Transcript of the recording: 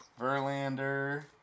Verlander